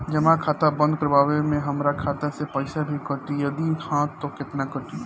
जमा खाता बंद करवावे मे हमरा खाता से पईसा भी कटी यदि हा त केतना कटी?